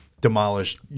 demolished